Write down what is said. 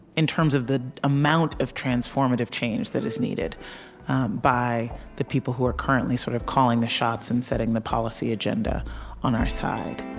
in terms of the amount of transformative change that is needed by the people who are currently sort of calling the shots and setting the policy agenda on our side